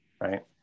right